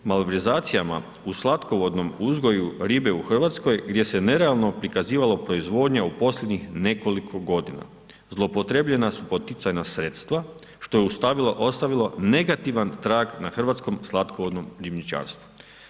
Malverzacijama u slatkovodnom uzgoju ribe u Hrvatskoj gdje se nerealno prikazivala proizvodnja u posljednjih nekoliko godina zloupotrijebljena su poticajna sredstva što je ostavilo negativan trag na hrvatskom slatkovodnom ribničarstvu.